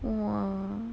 !wah!